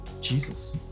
Jesus